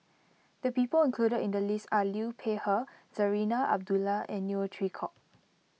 the people included in the list are Liu Peihe Zarinah Abdullah and Neo Chwee Kok